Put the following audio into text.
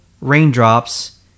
raindrops